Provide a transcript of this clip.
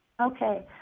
Okay